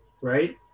right